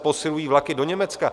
Posilují se vlaky do Německa.